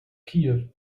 kiew